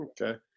Okay